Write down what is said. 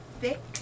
thick